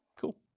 Cool